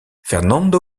fernando